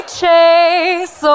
chase